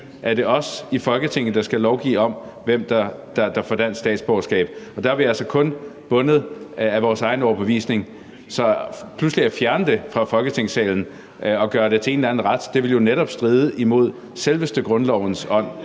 det er os i Folketinget, der skal lovgive om, hvem der får dansk statsborgerskab, og der er vi altså kun bundet af vores egen overbevisning. Så pludselig at fjerne det fra Folketingssalen og gøre det til en eller anden ret ville jo netop stride imod selveste grundlovens ånd.